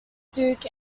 duke